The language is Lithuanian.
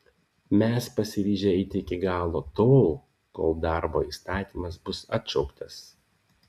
mes pasiryžę eiti iki galo tol kol darbo įstatymas bus atšauktas